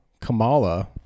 Kamala